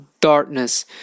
darkness